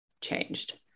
changed